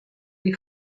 est